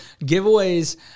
giveaways